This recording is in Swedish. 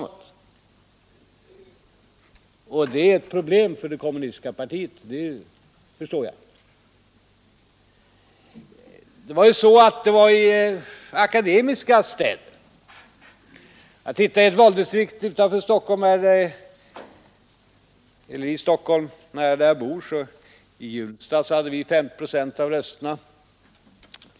Och jag förstår att det här är ett problem för kommunistiska partiet. Det var i akademiska städer som kommunisterna gick framåt. Jag konstaterar sålunda att i ett löntagardistrikt utanför Stockholm i närheten där jag själv bor, nämligen i Hjulsta, fick vi 50 procent av rösterna.